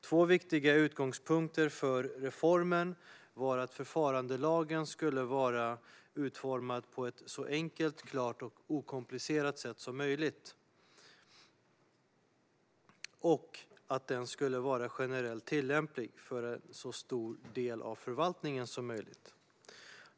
Två viktiga utgångspunkter för reformen var att förfarandelagen skulle vara utformad på ett så enkelt, klart och okomplicerat sätt som möjligt och att den skulle vara generellt tillämplig för en så stor del av förvaltningen som möjligt.